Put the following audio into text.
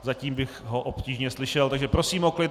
Zatím bych ho obtížně slyšel, takže prosím o klid.